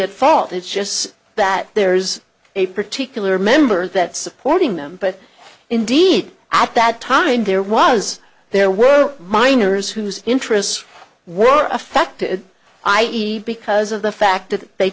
at fault it's just that there's a particular member that supporting them but indeed at that time there was there were minors whose interests were affected i e because of the fact that they